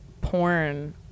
porn